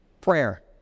Prayer